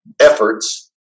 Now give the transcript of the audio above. efforts